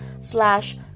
Slash